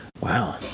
Wow